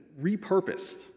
repurposed